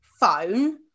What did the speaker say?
phone